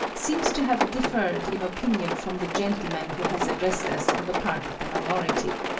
seems to have differed in opinion from the gentleman who has addressed us on the part of the minority.